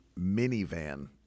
minivan